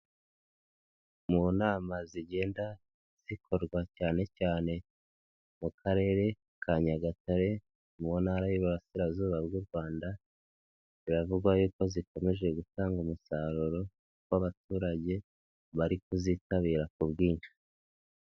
Mu nama zigenda zikorwa cyanecyane mu karere ka Nagatare mu ntara y'Iburasirazuba bw'u Rwanda, biravugwa yuko ko zikomeje gutanga umusaruro w'abaturage bari kuzitabira ku bwinshi.